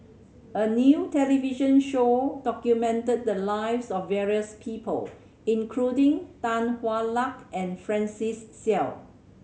a new television show documented the lives of various people including Tan Hwa Luck and Francis Seow